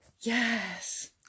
Yes